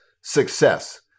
success